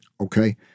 okay